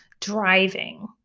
driving